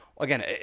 Again